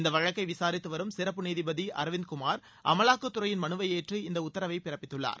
இந்த வழக்கை விசாரித்து வரும் சிறப்பு நீதிபதி அரவிந்த் குமார் அமவாக்கத்துறையின் மனுவை ஏற்று இந்த உத்தரவை பிறப்பித்துள்ளார்